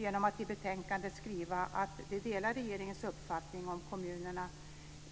Genom att i betänkandet skriva att det delar regeringens uppfattning betonar utskottet att kommunerna